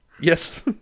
Yes